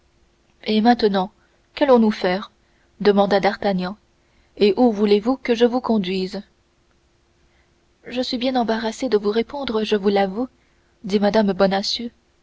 et maintenant qu'allons-nous faire demanda d'artagnan et où voulez-vous que je vous conduise je suis fort embarrassée de vous répondre je vous l'avoue dit mme